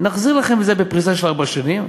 נחזיר לכם את זה בפריסה של ארבע שנים,